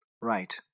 Right